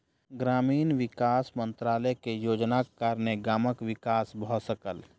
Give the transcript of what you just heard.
ग्रामीण विकास मंत्रालय के योजनाक कारणेँ गामक विकास भ सकल